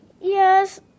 Yes